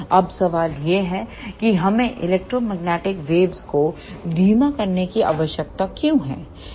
अब सवाल यह है कि हमें इलेक्ट्रोमैग्नेटिक वेव्स को धीमा करने की आवश्यकता क्यों है